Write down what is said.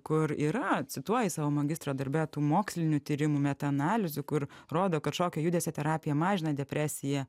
kur yra cituoji savo magistro darbe tų mokslinių tyrimų metaanalizių kur rodo kad šokio judesio terapija mažina depresiją